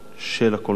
של הקולנוע הישראלי.